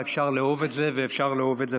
אפשר לאהוב את זה ואפשר לאהוב את זה פחות.